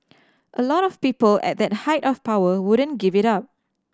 a lot of people at that height of power wouldn't give it up